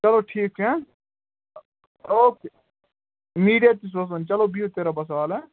چلو ٹھیٖک چھُ ہہ اوکے میٖڈیا تہِ سوزٕون چلو بِہِو تیٚلہِ رۄبَس حوالہ ہہ